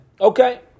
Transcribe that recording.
okay